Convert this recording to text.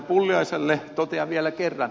pulliaiselle totean vielä kerran